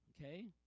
okay